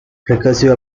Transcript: recursive